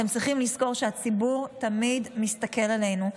אתם צריכים לזכור שהציבור תמיד מסתכל עלינו.